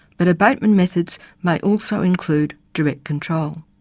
but abatement methods may also include direct control.